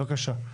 בבקשה.